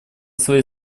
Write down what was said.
своей